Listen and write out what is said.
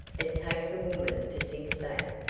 it takes a woman to think of that,